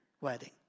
wedding